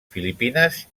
filipines